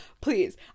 please